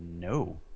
No